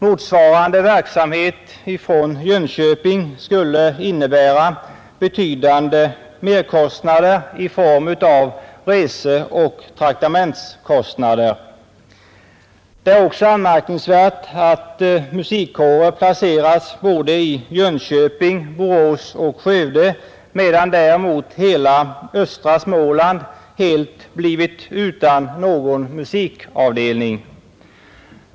Motsvarande verksamhet från Jönköping skulle innebära betydande merkostnader i form av reseoch traktamentskostnader. Det är också anmärkningsvärt att musikkårer placerats i både Jönköping, Borås och Skövde medan däremot hela östra Småland blir helt utan musikavdelning.